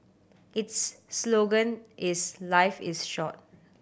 its slogan is life is short